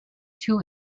two